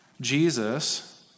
Jesus